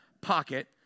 pocket